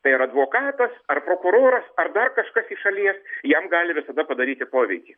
tai ar advokatas ar prokuroras ar dar kažkas iš šalies jam gali visada padaryti poveikį